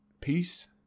Peace